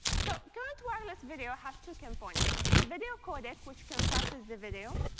so current wireless video has two components the video codec, which compresses the video,